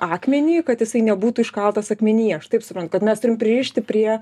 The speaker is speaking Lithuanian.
akmenį kad jisai nebūtų iškaltas akmenyje aš taip suprantu kad mes turim pririšti prie